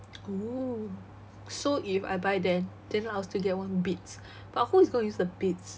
!woo! so if I buy then then I will still get one beats but who is going to use the beats